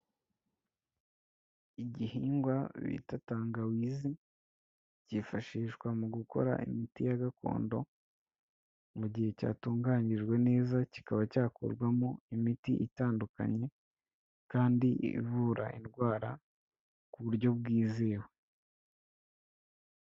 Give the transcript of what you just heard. Igihingwa bita tangawizi cyifashishwa mu gukora imiti ya gakondo mu gihe cyatunganyijwe neza kikaba cyakorwarwamo imiti itandukanye, kandi ivura indwara ku buryo bwizewe.